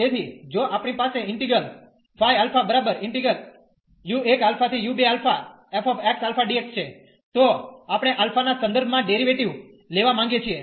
તેથી જો આપણી પાસે ઈન્ટિગ્રલ છે તો આપણે α ના સંદર્ભ માં ડેરીવેટીવ લેવા માંગીએ છીએ